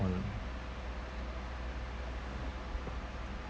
on